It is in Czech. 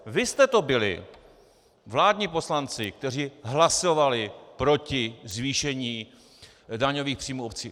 Vy jste to byli, vládní poslanci, kteří hlasovali proti zvýšení daňových příjmů obcí.